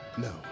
No